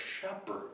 shepherd